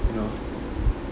you know